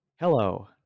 Hello